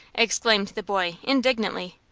exclaimed the boy, indignantly.